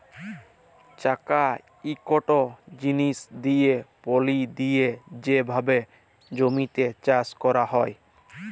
চাকা ইকট জিলিস দিঁয়ে পলি দিঁয়ে যে ভাবে জমিতে চাষ ক্যরা হয়